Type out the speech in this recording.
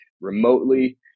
remotely